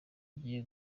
ngiye